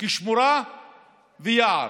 כשמורה ויער.